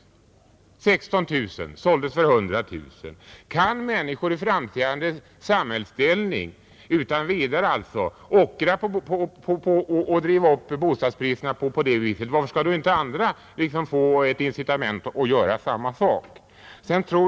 Andelsvärdet var 16 000 kronor, men den såldes för 100 000 kronor. Kan människo' i framträdande samhällsställning utan vidare ockra och driva upp bostadspriserna på det sättet, varför skulle då inte andra få ett incitament att göra samma sak?